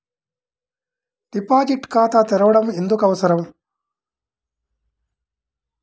Deposit ఖాతా తెరవడం ఎందుకు అవసరం?